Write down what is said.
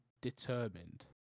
determined